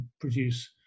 produce